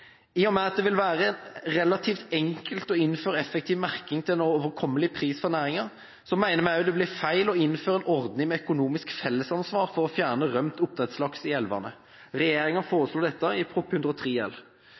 I og med at det vil være relativt enkelt å innføre effektiv merking til en overkommelig pris for næringen, mener vi det også blir feil å innføre en ordning med økonomisk fellesansvar for å fjerne rømt oppdrettslaks i elvene. Regjeringen foreslår dette i Prop. 103 L.